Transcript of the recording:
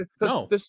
No